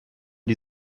die